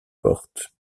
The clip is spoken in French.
porte